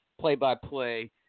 play-by-play